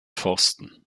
forsten